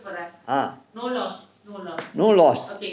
ah no loss